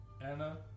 Anna